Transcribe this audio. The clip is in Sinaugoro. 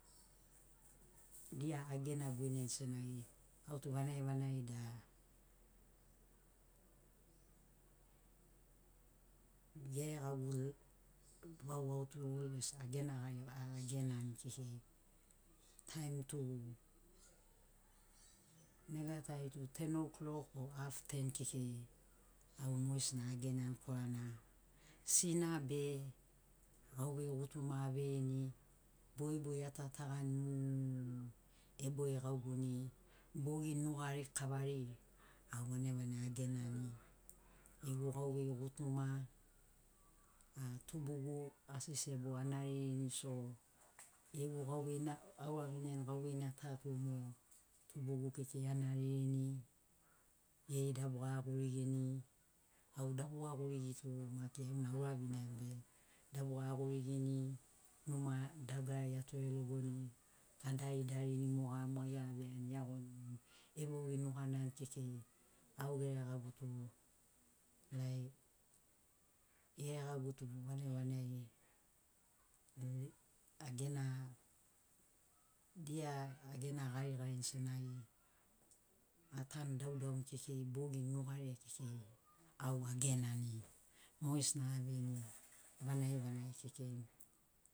Dia agena guineni senagi autu vanagi vanagi da geregagu vau autu honest agena garigari agenani kekei taim tu nega tai tu tenoklok o haften kekei au mogesina agenani korana sina be gauvei gutuma aveini bogibogi atatagani mu ebogi gauguni bogi nugari kavariai au vanagi vanagi agenani gegu gauvei gutuma a tubugu asi sebo anaririni so gegu gauvei na auraviniani gauveina ta tu mo tubugu kekei anaririni geri dabuga agurigini au dabuga gurigi tu maki auna auraviniani dabuga agurigini numa dagarari atore logoni adaridarini moga be eagoni ebogini nuganai kekei au geregagu tu geregagu tu vanagi vanagi agena dia agena garigarini senagi atan daudauni kekei bogi nugariai kekei au agenani mogesina aveini vanagi vanagi kekei